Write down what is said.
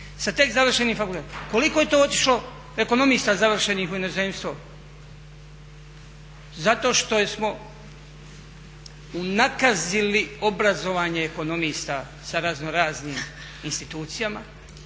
sa tek završenim fakultetom. Koliko je to otišlo ekonomista završenih u inozemstvo? Zato što smo unakazili obrazovanje ekonomista sa raznoraznim institucijama